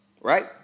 Right